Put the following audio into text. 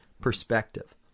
perspective